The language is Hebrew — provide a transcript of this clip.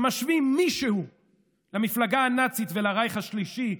שמשווים מישהו למפלגה הנאצית ולרייך השלישי,